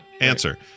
answer